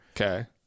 Okay